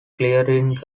clearings